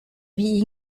wie